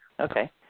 Okay